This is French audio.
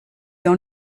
dans